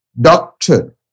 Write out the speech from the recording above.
Doctor